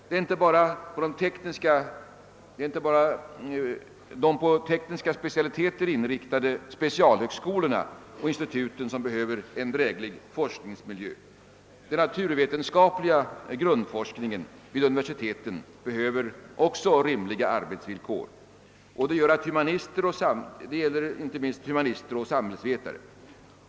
Det är inte bara de på tekniska specialiteter inriktade specialhögskolorna och instituten som behöver en dräglig forskningsmiljö; den naturvetenskapliga grundforskningen vid universiteten behöver också rimliga arbetsvillkor. Detta gäller inte minst humanister och samhällsvetare.